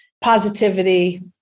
positivity